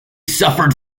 suffered